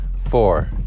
four